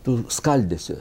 tu skaldysi